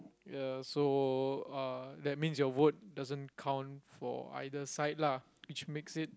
ya so uh that means your vote doesn't count for either side lah which makes it